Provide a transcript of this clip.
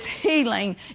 healing